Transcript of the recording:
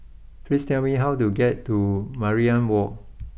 please tell me how to get to Mariam walk